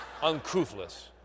uncouthless